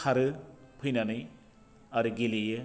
खारो फैनानै आरो गेलेयो